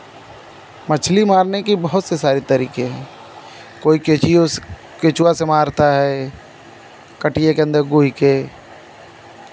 मछली मारने की बहुत से सारे तरीके हैं कोई केचिओं केंचुआ से मारता है कटिए के अन्दर गुहि के